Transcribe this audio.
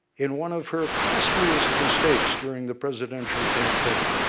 in one of her costliest mistakes during the presidential campaign,